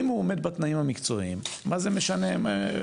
אם הוא עומד בתנאים המקצועיים, מה זה משנה הגיל?